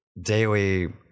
daily